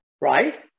Right